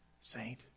Saint